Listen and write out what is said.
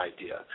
idea